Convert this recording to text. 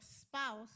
spouse